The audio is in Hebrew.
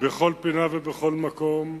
בכל פינה ובכל מקום,